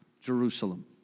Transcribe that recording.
Jerusalem